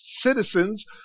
citizens